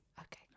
Okay